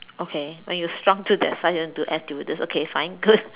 okay when you are shrunk to that size then you want to do air stewardess okay fine good